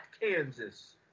Kansas